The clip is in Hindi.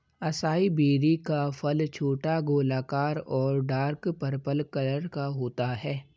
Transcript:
असाई बेरी का फल छोटा, गोलाकार और डार्क पर्पल कलर का होता है